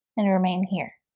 and remain here